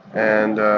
and